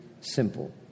simple